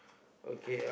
okay